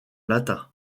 latin